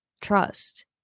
trust